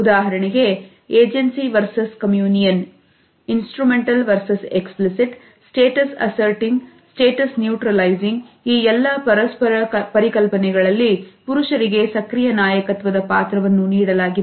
ಉದಾಹರಣೆಗೆ agency versus communion ಈ ಎಲ್ಲ ಪರಸ್ಪರ ಪರಿಕಲ್ಪನೆಗಳಲ್ಲಿ ಪುರುಷರಿಗೆ ಸಕ್ರಿಯ ನಾಯಕತ್ವದ ಪಾತ್ರವನ್ನು ನೀಡಲಾಗಿದೆ